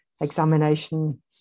examination